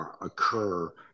occur